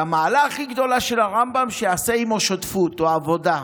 והמעלה הכי גדולה של הרמב"ם: שיעשה עימו שותפות או עבודה.